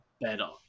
better